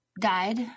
died